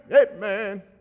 Amen